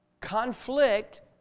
conflict